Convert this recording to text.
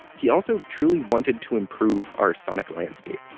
he also truly wanted to improve our sonic landscape